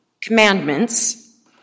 commandments